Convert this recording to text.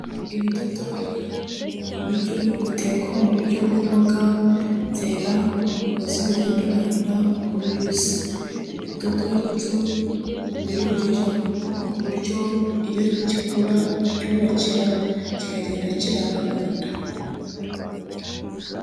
Ibidotori, ni ibiryo bitekwa mu buryo bw'imboga, zera ku bigozi birandaranda nk'uruyuzi. Ibidodori byo, birurira ku buryo iyo gikura bacyubakira, kikagenda kirandaranda.